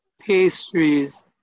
pastries